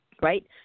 Right